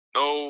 no